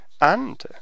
And